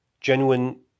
Genuine